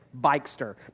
Bikester